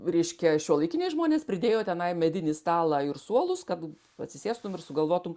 reiškia šiuolaikiniai žmonės pridėjo tenai medinį stalą ir suolus kad atsisėstum ir sugalvotum